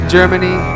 Germany